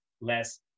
less